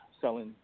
selling